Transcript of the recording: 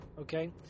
okay